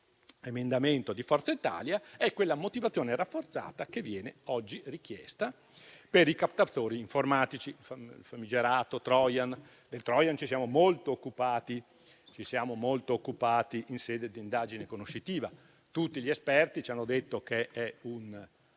emendamento di Forza Italia, è quella motivazione rafforzata che viene oggi richiesta per i captatori informatici, ossia il famigerato *trojan*. Di esso ci siamo molto occupati in sede di indagine conoscitiva. Tutti gli esperti ci hanno detto che è un